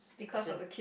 as in